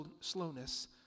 slowness